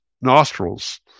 nostrils